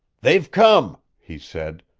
they've come, he said,